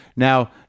Now